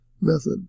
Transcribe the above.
method